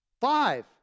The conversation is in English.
Five